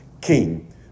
king